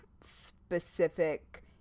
specific